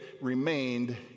remained